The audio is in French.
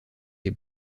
les